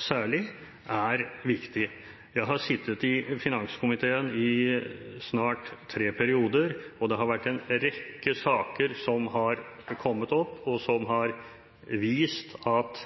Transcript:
skattemyndighetene er viktig. Jeg har sittet i finanskomiteen i snart tre perioder. Det har vært en rekke saker som har kommet opp, og som har vist at